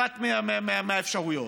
אחת מהאפשרויות: